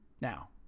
Now